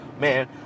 Man